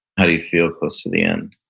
how do you feel close to the end?